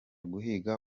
guhiga